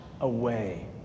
away